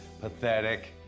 pathetic